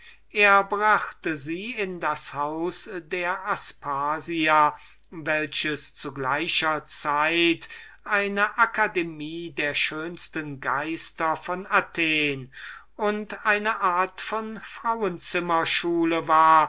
er brachte sie also in das haus der aspasia welches zu gleicher zeit eine akademie der schönsten geister von athen und eine frauenzimmer schule war